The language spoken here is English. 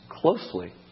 closely